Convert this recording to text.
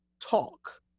talk